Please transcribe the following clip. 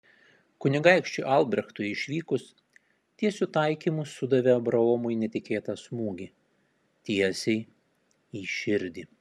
kunigaikščiui albrechtui išvykus tiesiu taikymu sudavė abraomui netikėtą smūgį tiesiai į širdį